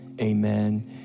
Amen